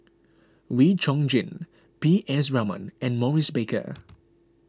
Wee Chong Jin P S Raman and Maurice Baker